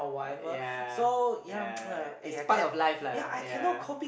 ya ya it's part of life lah ya